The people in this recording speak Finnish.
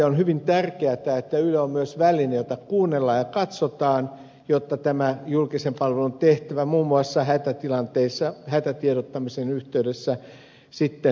on hyvin tärkeätä että yle on myös väline jota kuunnellaan ja katsotaan jotta tämä julkisen palvelun tehtävä muun muassa hätätilanteissa hätätiedottamisen yhteydessä toimii